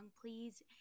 please